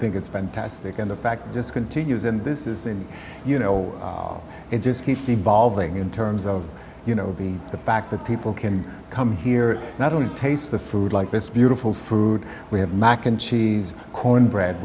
think is fantastic and the fact just continues and this is and you know it just keeps evolving in terms of you know the fact that people can come here not only taste the food like this beautiful food we have mac and cheese cornbread